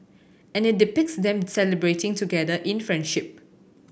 and it depicts them celebrating together in friendship